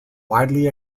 widely